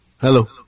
Hello